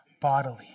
bodily